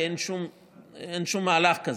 כי אין שום מהלך כזה.